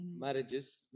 marriages